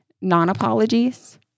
non-apologies